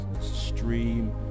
stream